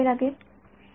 विद्यार्थी